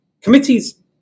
Committees